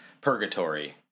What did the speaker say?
purgatory